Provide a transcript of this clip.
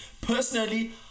personally